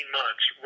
months